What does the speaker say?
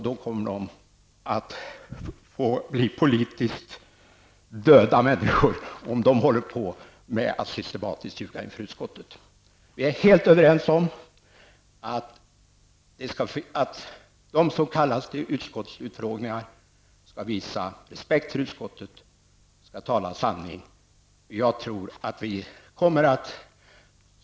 De blir politiskt döda människor om de ljuger systematiskt inför utskottet. Vi är helt överens om att de som kallas till utskottsutfrågningar skall visa respekt för utskottet och tala sanning.